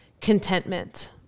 contentment